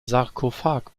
sarkophag